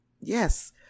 yes